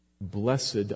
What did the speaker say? Blessed